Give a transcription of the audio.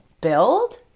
build